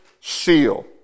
seal